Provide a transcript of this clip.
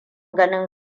ganin